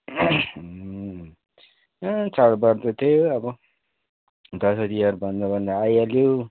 उम्म ए चाडबाड त त्यही हो अब दसैँतिहार भन्दा भन्दै आइहाल्यो